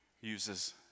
uses